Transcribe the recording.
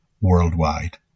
worldwide